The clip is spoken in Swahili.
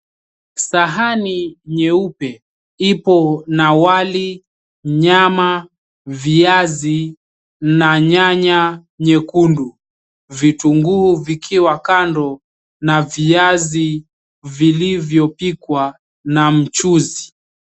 Sahani nyeupe ipo na wali, nyama, viazi na nyanya nyekundu. Vitunguu vikiwa kando na viazi vilivyopikwa na mchuzi.